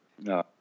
No